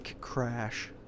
Crash